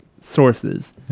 sources